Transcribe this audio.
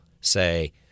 say